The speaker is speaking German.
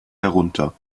herunter